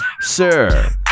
Sir